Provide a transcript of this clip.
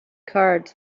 cards